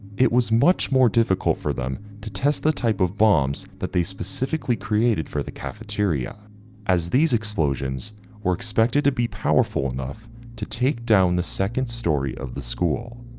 it was much more difficult difficult for them to test the type of bombs that they specifically created for the cafeteria as these explosions were expected to be powerful enough to take down the second storey of the school,